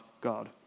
God